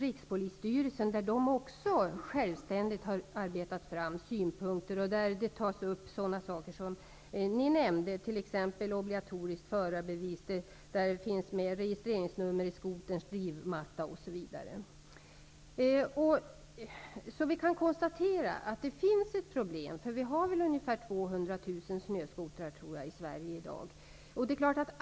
Rikspolisstyrelsen har i en utredning också arbetat fram synpunkter självständigt. Man tar där upp sådana frågor som ni nämnde. Det gäller t.ex. frågan om obligatoriskt förarbevis och registeringsnummer. Vi kan konstatera att det finns ett problem. Vi har ungefär 200 000 snöskotrar i Sverige i dag.